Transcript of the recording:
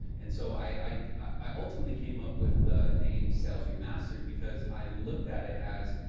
and so, i i ultimately came up with the name salesremastered because i looked at it as,